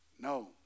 no